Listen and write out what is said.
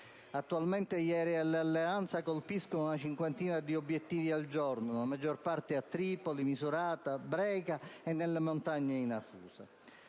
Attualmente gli aerei dell'Alleanza colpiscono una cinquantina di obiettivi al giorno, la maggior parte a Tripoli, Misurata, Brega e nelle montagne di Nafusa.